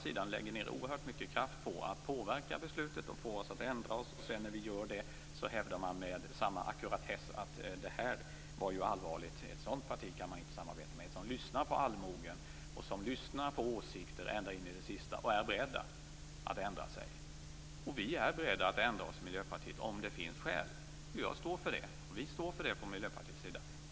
Först lägger man ned oerhört mycket kraft på att påverka vårt beslut och få oss att ändra oss. När vi sedan gör det säger man med samma ackuratess: Det här var allvarligt. Ett sådant parti kan man inte samarbeta med - ett som lyssnar på allmogen, som lyssnar på åsikter ända in i det sista och är berett att ändra sig. Vi i Miljöpartiet är beredda att ändra oss om det finns skäl. Jag står för det. Vi står för det från Miljöpartiets sida.